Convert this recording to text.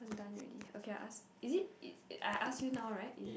i'm done already okay I ask is it I I ask you now right is it